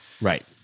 Right